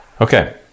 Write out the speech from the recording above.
Okay